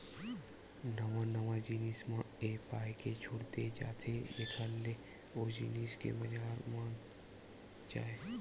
नवा नवा जिनिस म ए पाय के छूट देय जाथे जेखर ले ओ जिनिस के बजार बन जाय